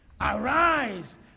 Arise